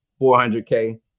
400k